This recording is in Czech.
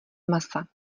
masa